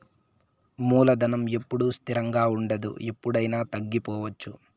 మూలధనం ఎప్పుడూ స్థిరంగా ఉండదు ఎప్పుడయినా తగ్గిపోవచ్చు